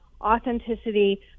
authenticity